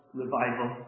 revival